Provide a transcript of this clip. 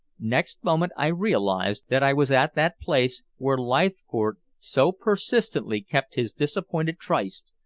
next moment i realized that i was at that place where leithcourt so persistently kept his disappointed tryst,